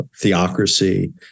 theocracy